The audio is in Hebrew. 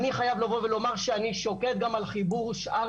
אני חייב לבוא ולומר שאני שוקד גם על חיבור שאר